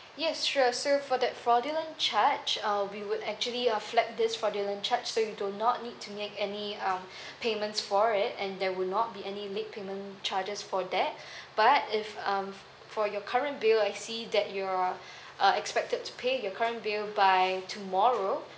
yes sure so for that fraudulent charge uh we would actually a flat this fraudulent charge so you do not need to make any um payments for it and there will not be any late payment charges for that but if um for your current bill I see that your uh expected to pay your current bill by tomorrow